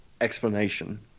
explanation